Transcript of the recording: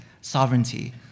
sovereignty